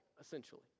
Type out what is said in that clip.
essentially